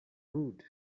rude